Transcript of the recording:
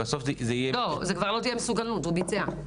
זאת כבר לא מסוכנות הוא ביצע.